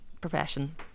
profession